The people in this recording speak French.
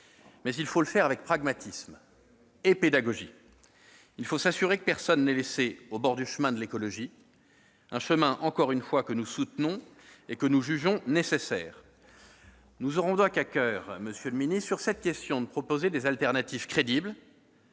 mais il faut le faire avec pragmatisme et pédagogie. Il faut nous assurer que personne n'est laissé au bord du chemin de l'écologie, un chemin que nous soutenons et que nous jugeons nécessaire. Nous aurons donc à coeur, sur cette question, de proposer des alternatives crédibles